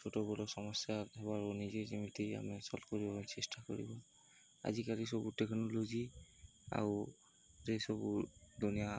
ଛୋଟ ବଡ଼ ସମସ୍ୟା ଏବଂ ନିଜେ ଯେମିତି ଆମେ ସଲ୍ଭ କରିବା ପାଇଁ ଚେଷ୍ଟା କରିବୁ ଆଜିକାଲି ସବୁ ଟେକ୍ନୋଲୋଜି ଆଉ ଯେ ସବୁ ଦୁନିଆ